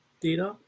data